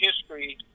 history